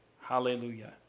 Hallelujah